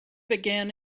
began